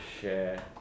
share